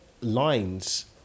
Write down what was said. lines